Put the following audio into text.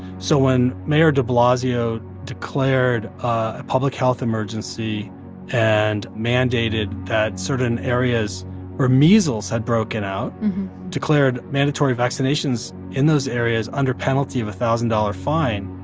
so when mayor de blasio declared a public health emergency and mandated that certain areas where measles had broken out declared mandatory vaccinations in those areas under penalty of a one thousand dollars fine,